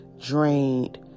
drained